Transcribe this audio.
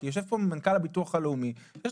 כי יושב פה מנכ"ל הביטוח הלאומי ויש